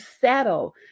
settle